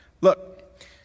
Look